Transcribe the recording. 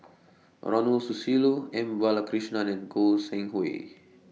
Ronald Susilo M Balakrishnan and Goi Seng Hui